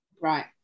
Right